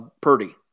Purdy